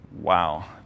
wow